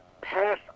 pass